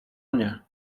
mnie